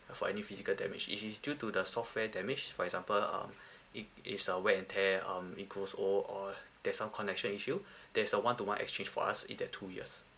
for any physical damage if it's due to the software damage for example um it is a wear and tear um includes all uh there's some connection issue there's a one to one exchange for us in that two years